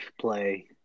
play